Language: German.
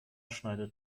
schneidet